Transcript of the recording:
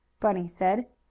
bunny said.